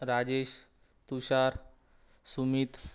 Rajesh Tushar Sumit